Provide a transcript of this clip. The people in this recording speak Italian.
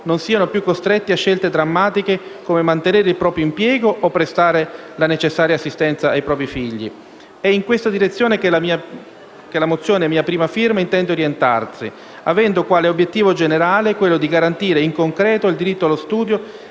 non siano più costretti a scelte drammatiche come mantenere il proprio impiego o prestare la necessaria assistenza ai propri bambini. È in questa direzione che la mozione a mia prima firma intende orientarsi, avendo, quale obiettivo generale, quello di garantire, in concreto, il diritto allo studio